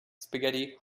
spaghetti